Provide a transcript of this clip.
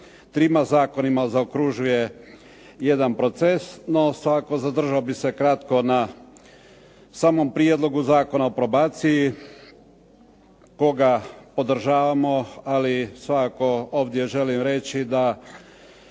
trima zakonima zaokružuje jedan proces, no svakako zadržao bih se kratko na samom Prijedlogu zakona o probaciji koga podržavamo, ali svakako ovdje želim reći da